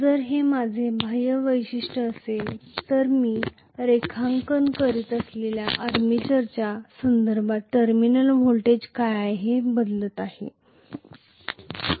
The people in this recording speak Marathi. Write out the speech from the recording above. जर हे माझे बाह्य वैशिष्ट्य असेल तर आर्मेचरच्या संदर्भात बदलते टर्मिनल व्होल्टेज काय आहे मी रेखांकन करत आहे